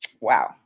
Wow